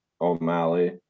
O'Malley